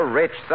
rich